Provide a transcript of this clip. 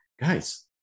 guys